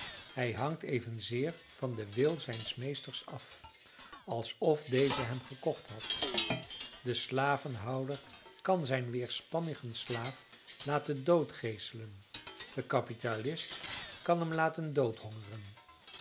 hij hangt evenzeer van den wil zijns meesters af alsof deze hem gekocht had de slavenhouder kan zijn weerspannigen slaaf laten dood geeselen de kapitalist kan hem laten